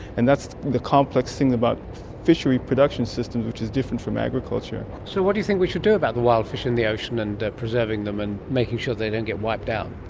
and that's the complex thing about fishery production systems which is different from agriculture. so what do you think we should do about the wild fish in the ocean and preserving them and making sure they don't get wiped out?